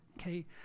Okay